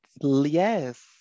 yes